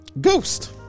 ghost